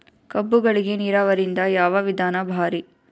ಕಬ್ಬುಗಳಿಗಿ ನೀರಾವರಿದ ಯಾವ ವಿಧಾನ ಭಾರಿ?